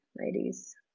ladies